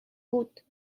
بود